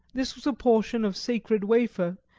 this was a portion of sacred wafer,